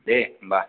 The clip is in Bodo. दे होमबा